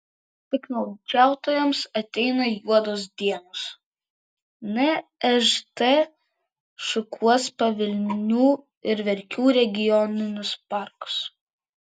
piktnaudžiautojams ateina juodos dienos nžt šukuos pavilnių ir verkių regioninius parkus